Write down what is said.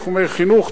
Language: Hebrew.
בתחומי החינוך,